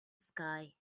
sky